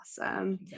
awesome